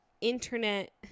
internet